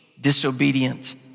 disobedient